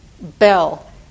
Bell